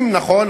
נכון,